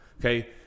Okay